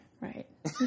Right